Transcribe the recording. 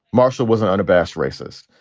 marshall was an unabashed racist.